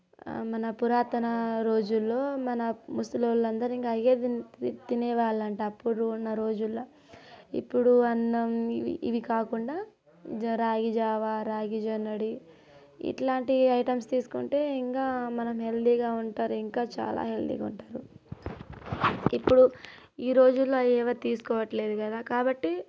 మన పురాతన రోజుల్లో మన ముసలివాళ్ళు అందరూ ఇంకా అవే తినేవాళ్ళు అంట అప్పుడున్న రోజుల్లో ఇప్పుడు అన్నం ఇవి ఇవి కాకుండా జర రాగి జావా రాగి జాంగటి ఇట్లాంటి ఐటమ్స్ తీసుకుంటే ఇంకా మనం హెల్తీగా ఉంటారు ఇంకా చాలా హెల్దిగా ఉంటారు ఇప్పుడు ఈ రోజుల్లో అవి ఏవి తీసుకోవట్లేదు కదా కాబట్టి